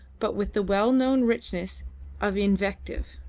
but with the well-known richness of invective.